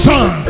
Son